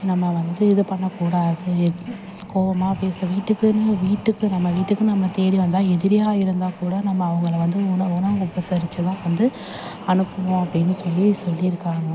நம்ம வந்து இது பண்ணக்கூடாது கோவமாக பேச வீட்டுக்குன்னு வீட்டுக்கு நம்ம வீட்டுக்கு நம்ம தேடி வந்தால் எதிரியாக இருந்தால்க்கூட நம்ம அவங்கள வந்து உண உணவு உபசரித்துதான் வந்து அனுப்பணும் அப்படின்னு சொல்லி சொல்லியிருக்காங்க